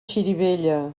xirivella